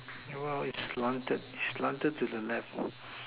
no it's slanted to the left